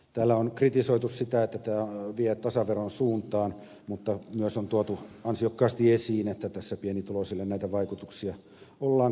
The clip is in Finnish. täällä on kritisoitu sitä että tämä vie tasaveron suuntaan mutta myös on tuotu ansiokkaasti esiin että tässä pienituloisille näitä vaikutuksia ollaan kompensoimassa